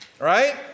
right